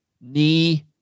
knee